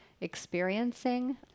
experiencing